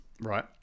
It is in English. right